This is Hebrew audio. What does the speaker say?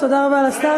ותודה רבה לשר,